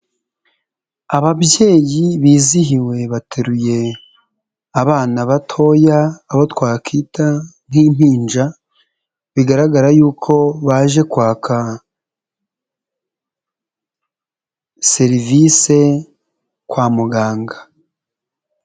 Ababyeyi bizihiwe bateruye abana batoya, abo twakwita nk'impinja, bigaragara yuko baje kwaka serivise kwa muganga.